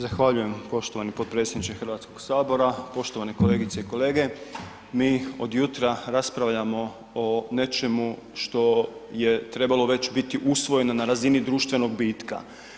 Zahvaljujem poštovani potpredsjedniče HS, poštovane kolegice i kolege, mi od jutra raspravljamo o nečemu što je trebalo već biti usvojeno na razini društvenog bitka.